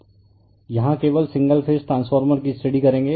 refer slide time 0022 यहाँ केवल single phase transformer की स्टडी करेंगे